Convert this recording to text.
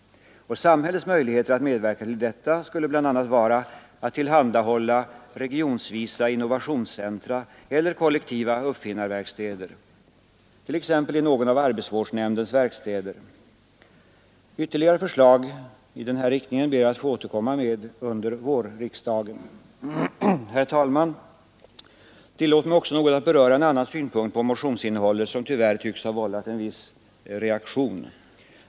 Och samhällets möjligheter att medverka till detta skulle bl.a. vara att tillhandahålla regionvisa innovationscentra eller kollektiva uppfinnarverkstäder, t.ex. i någon av arbetsvårdsnämndens verkstäder. Ytterligare förslag i den här riktningen ber jag att få återkomma med under vårriksdagen. Herr talman, tillåt mig oc att något beröra en annan synpunkt på motionsinnehållet, som tyvärr tycks ha vållat en viss reaktion.